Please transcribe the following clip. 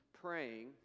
praying